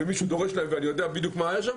מישהו דורש להם ואני יודע בדיוק מה היה שם,